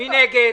מי נגד?